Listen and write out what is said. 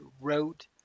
wrote